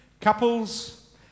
couples